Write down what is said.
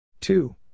Two